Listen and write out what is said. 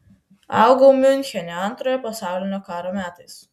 augau miunchene antrojo pasaulinio karo metais